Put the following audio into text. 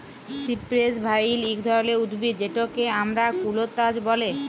cypress vine ইক ধরলের উদ্ভিদ যেটকে আমরা কুল্জলতা ব্যলে